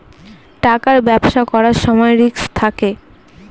টাকার ব্যবসা করার সময় রিস্ক থাকে